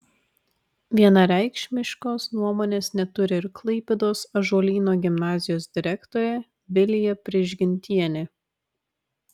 vienareikšmiškos nuomonės neturi ir klaipėdos ąžuolyno gimnazijos direktorė vilija prižgintienė